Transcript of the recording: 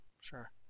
sure